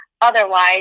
otherwise